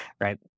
right